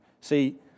see